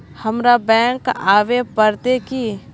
हमरा बैंक आवे पड़ते की?